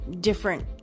different